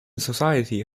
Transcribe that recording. society